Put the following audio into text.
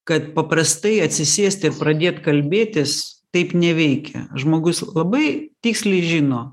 kad paprastai atsisėsti ir pradėt kalbėtis taip neveikia žmogus labai tiksliai žino